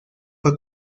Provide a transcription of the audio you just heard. fue